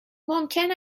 ممکن